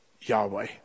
Yahweh